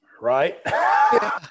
right